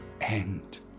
end